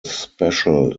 special